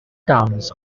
towns